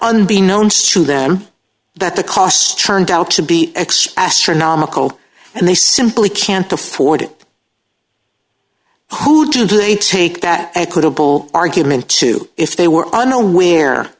unbeknownst to them that the cost turned out to be x astronomical and they simply can't afford it who do they take that equitable argument to if they were unaware